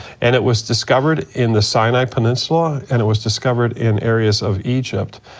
and it was discovered in the sinai peninsula and it was discovered in areas of egypt,